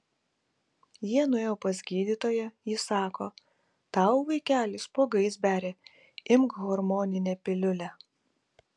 jie nuėjo pas gydytoją ji sako tau vaikeli spuogais beria imk hormoninę piliulę